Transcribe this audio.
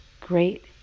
great